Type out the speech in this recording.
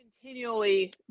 continually